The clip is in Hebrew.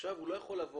ועכשיו הוא לא יכול לעבור